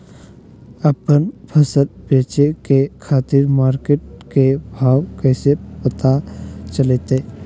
आपन फसल बेचे के खातिर मार्केट के भाव कैसे पता चलतय?